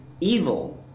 evil